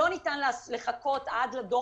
יהיה זכאי למענק לשכיר בעל בעל